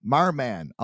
Marman